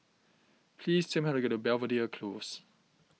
please tell me how to get to Belvedere Close